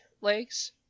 legs